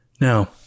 Now